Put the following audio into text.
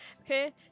Okay